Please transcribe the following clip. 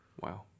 Wow